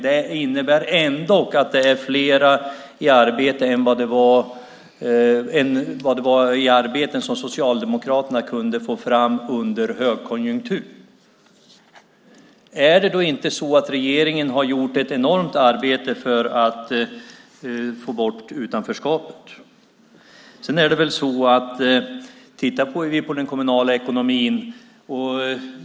Det innebär ändock att det är fler i arbete än vad Socialdemokraterna kunde få fram under högkonjunktur. Har då inte regeringen gjort ett enormt arbete för att få bort utanförskapet? Sedan kan vi titta på den kommunala ekonomin.